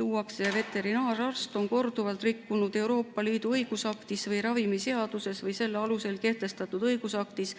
siis, kui veterinaararst on korduvalt rikkunud Euroopa Liidu õigusaktis või ravimiseaduses või selle alusel kehtestatud õigusaktis